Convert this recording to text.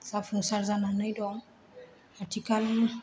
जाफुंसार जानानै दं आथिखालनि